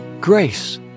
Grace